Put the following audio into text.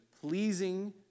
pleasing